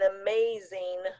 amazing